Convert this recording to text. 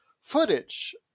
footage